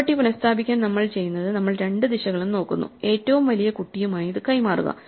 property പുനസ്ഥാപിക്കാൻ നമ്മൾ ചെയ്യുന്നത് നമ്മൾ രണ്ട് ദിശകളും നോക്കുന്നു ഏറ്റവും വലിയ കുട്ടിയുമായി ഇത് കൈമാറുക